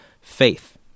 faith